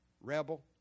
rebel